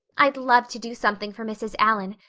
i'd love to do something for mrs. allan,